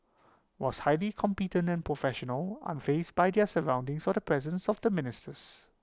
was highly competent and professional unfazed by their surroundings or the presence of the ministers